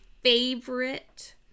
favorite